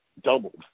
doubled